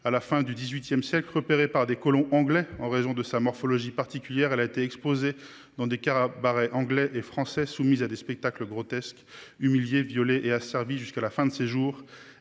à la fin du XVIII siècle, repérée par des colons anglais en raison de sa morphologie particulière, elle a été exposée dans des cabarets anglais et français, soumise à des spectacles grotesques, humiliée, violée et asservie jusqu'à la fin de ses jours